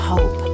Hope